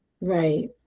Right